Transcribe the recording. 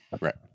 Right